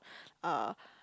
uh